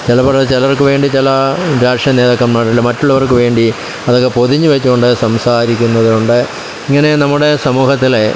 ചിലപ്പോൾ ചിലർക്ക് ചില രാഷ്ട്ര നേതാക്കൻമാരുണ്ട് മറ്റുള്ളവർക്ക് വേണ്ടി അതൊക്കെ പൊതിഞ്ഞ് വച്ചു കൊണ്ട് സംസാരിക്കുന്നവരുണ്ട് ഇങ്ങനെ നമ്മുടെ സമൂഹത്തിലെ